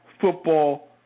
football